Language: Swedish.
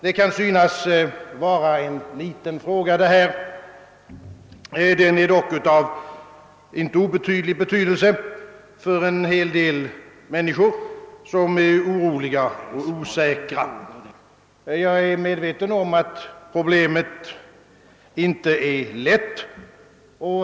Detta kan synas vara en liten fråga. Den är dock av inte oväsentlig betydelse för en hel del människor, som är oroliga och osäkra. Jag är medveten om att problemet inte är lätt.